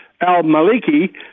al-Maliki